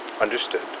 Understood